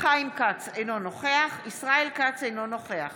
חיים כץ, אינו נוכח ישראל כץ, אינו נוכח